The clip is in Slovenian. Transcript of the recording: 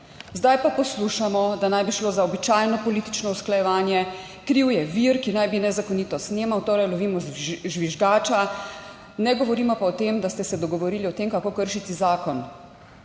Zdaj pa poslušamo, da naj bi šlo za običajno politično usklajevanje, kriv je vir, ki naj bi nezakonito snemal, torej lovimo žvižgača. Ne govorimo pa o tem, da ste se dogovorili o tem, kako kršiti zakon.